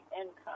income